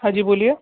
हाँ जी बोलिए